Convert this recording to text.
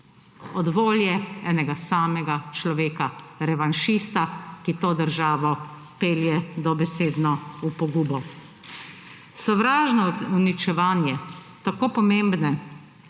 Od volje enega samega človeka, revanšista, ki to državo pelje dobesedno v pogubo. Sovražno uničevanje tako pomembne,